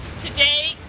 today,